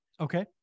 Okay